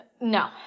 No